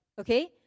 okay